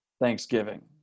Thanksgiving